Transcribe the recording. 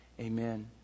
Amen